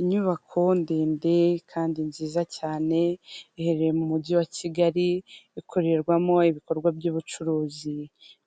Inyubako ndende kandi nziza cyane iherereye mu mujyi wa Kigali ikorerwamo ibikorwa by'ubucuruzi,